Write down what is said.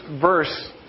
verse